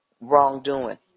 wrongdoing